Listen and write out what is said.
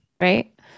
Right